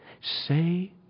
say